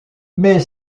mais